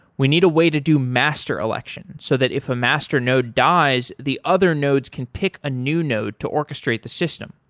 we need a way to do master election so that if a master node dies, the other nodes can pick a new node to orchestrate the system.